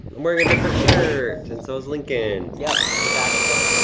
i'm wearing a different shirt and so is lincoln. yup, we're back again.